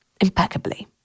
impeccably